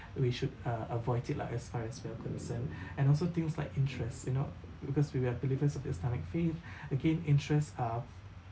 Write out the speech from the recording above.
we should uh avoid it lah as far as we are concerned and also things like interest you know because we are believers of islamic faith again interest uh